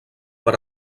per